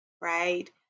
Right